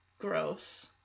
gross